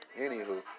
Anywho